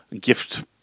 gift